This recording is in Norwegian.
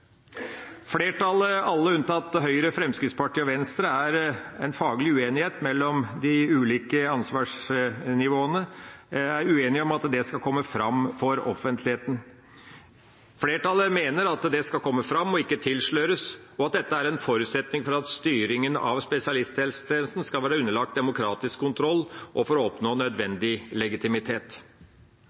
Flertallet, alle unntatt Høyre, Fremskrittspartiet og Venstre, mener at dersom det er en faglig uenighet mellom de ulike ansvarsnivåene, skal dette komme fram for offentligheten og ikke tilsløres, og at dette er en forutsetning for at styringa av spesialisthelsetjenesten skal være underlagt demokratisk kontroll, for å oppnå nødvendig legitimitet.